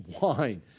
wine